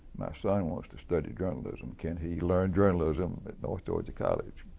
my son wants to study journalism. can he learn journalism at north georgia college?